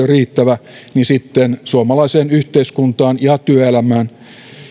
riittävä niin sitten suomalaiseen yhteiskuntaan ja työelämään